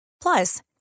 Plus